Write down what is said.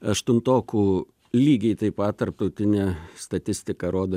aštuntokų lygiai taip pat tarptautinė statistika rodo